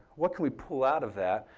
what can we pull out of that?